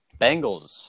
Bengals